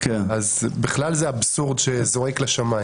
אז בכלל זה אבסורד שזועק לשמים.